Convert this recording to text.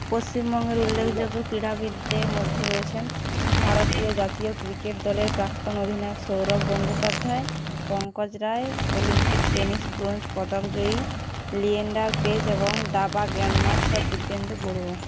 পশ্চিমবঙ্গের উল্লেখযোগ্য ক্রীড়াবিদদের মধ্যে রয়েছেন ভারতীয় জাতীয় ক্রিকেট দলের প্রাক্তন অধিনায়ক Sourav Gangopadhyay Pankaj Roy Olympic tennis bronze পদকজয়ী লিয়েন্ডার পেজ এবং দাবা গ্র্যান্ড মাস্টার দিব্যেন্দু বড়ুয়া